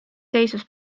seisus